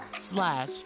slash